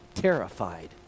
Terrified